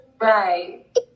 Right